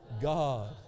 God